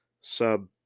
sub-